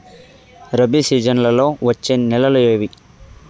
రబి సీజన్లలో వచ్చే నెలలు ఏవి?